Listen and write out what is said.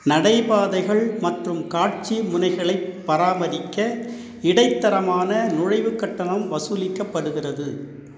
நடைபாதைகள் மற்றும் காட்சி முனைகளை பராமரிக்க இடைத்தரமான நுழைவு கட்டணம் வசூலிக்கப்படுகிறது